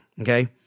Okay